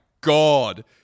God